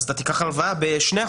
אז אתה תיקח הלוואה ב-2%,